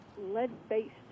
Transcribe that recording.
lead-based